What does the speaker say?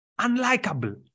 Unlikable